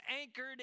anchored